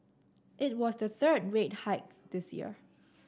it was the third rate hike this year